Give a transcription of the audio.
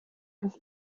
des